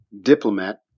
diplomat